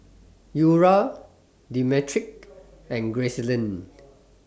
Eura Demetric and Gracelyn